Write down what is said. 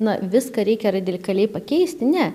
na viską reikia radikaliai pakeisti ne